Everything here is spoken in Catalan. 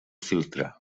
filtre